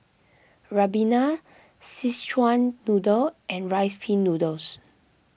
Ribena Szechuan Noodle and Rice Pin Noodles